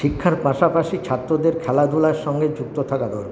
শিক্ষার পাশাপাশি ছাত্রদের খেলাধুলার সঙ্গে যুক্ত থাকা দরকার